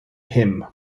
him